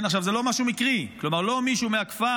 זה לא משהו מקרי, כלומר לא מישהו מהכפר